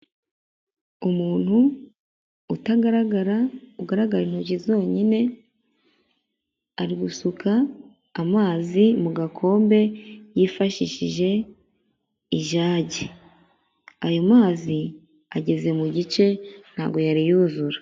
Umuntu utagaragara ugaragara intoki zonyine ari gusuka amazi mu gakombe yifashishije ijage. Ayo mazi ageze mu gice ntago yari yuzura.